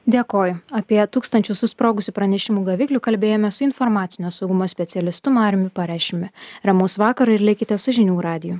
dėkoju apie tūkstančius susprogusių pranešimų gaviklių kalbėjomės su informacinio saugumo specialistu mariumi pareščiumi ramaus vakaro ir likite su žinių radiju